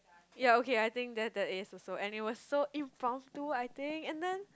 ya okay I think that that is also and it was so impromptu I think and then